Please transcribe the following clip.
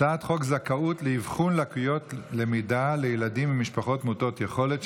הצעת חוק זכאות לאבחון לקויות למידה לילדים ממשפחות מעוטות יכולת,